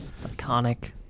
Iconic